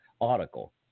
article